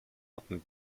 hatten